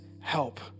help